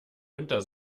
unter